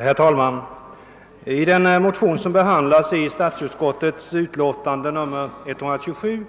Herr talman! I den motion som behandlas i statsutskottets utlåtande nr 127